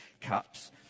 cups